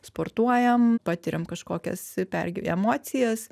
sportuojam patiriam kažkokias pergy emocijas